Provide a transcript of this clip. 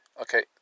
Okay